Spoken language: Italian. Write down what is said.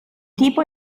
tipo